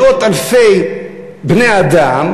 מאות אלפי בני-אדם